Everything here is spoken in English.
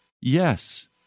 yes